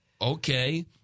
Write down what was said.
Okay